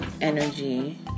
energy